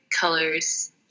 colors